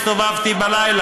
אני גם הסתובבתי פעמיים בלילה.